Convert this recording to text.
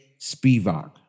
Spivak